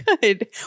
Good